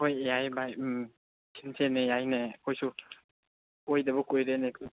ꯍꯣꯏ ꯌꯥꯏꯌꯦ ꯕꯥꯏ ꯎꯝ ꯁꯤꯟꯁꯤꯅꯦ ꯌꯥꯏꯅꯦ ꯑꯩꯈꯣꯏꯁꯨ ꯀꯣꯏꯗꯕ ꯀꯨꯏꯔꯦꯅꯦ